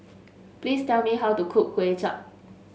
please tell me how to cook Kuay Chap